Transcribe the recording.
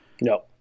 No